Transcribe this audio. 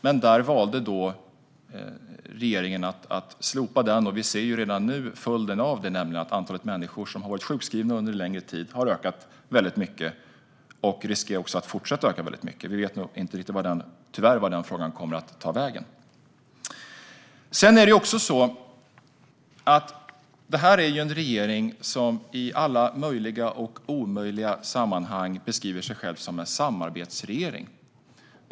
Regeringen valde alltså att slopa den, och vi ser redan nu följden av det, nämligen att antalet människor som har varit sjukskrivna under en längre tid har ökat väldigt mycket och även riskerar att fortsätta öka väldigt mycket. Vi vet tyvärr inte vart den frågan kommer att ta vägen. Det är också så att det här är en regering som i alla möjliga och omöjliga sammanhang beskriver sig själv som en samarbetsregering.